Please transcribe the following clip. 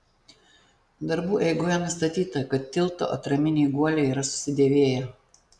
darbų eigoje nustatyta kad tilto atraminiai guoliai yra susidėvėję